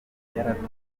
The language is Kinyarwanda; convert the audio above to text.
yaratangiye